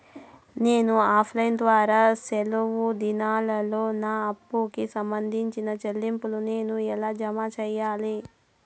నేను offline ద్వారా సెలవు దినాల్లో నా అప్పుకి సంబంధించిన చెల్లింపులు నేను ఎలా జామ సెయ్యాలి?